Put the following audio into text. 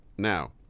Now